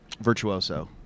Virtuoso